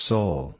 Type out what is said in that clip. Soul